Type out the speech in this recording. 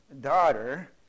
daughter